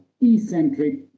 eccentric